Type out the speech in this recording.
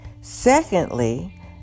Secondly